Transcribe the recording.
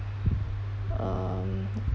um